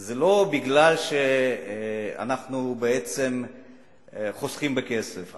זה לא משום שאנחנו בעצם חוסכים בכסף,